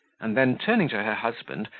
and then, turning to her husband,